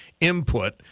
input